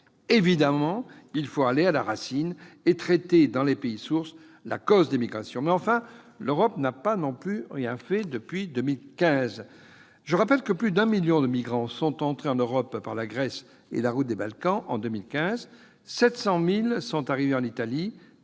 Évidemment, il faut aller à la racine et traiter dans les pays sources la cause des migrations. Mais l'Europe n'a pas non plus rien fait depuis 2015. Je rappelle que plus d'un million de migrants sont entrés en Europe par la Grèce et la route des Balkans en 2015, et que 700 000 sont arrivés en Italie